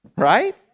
right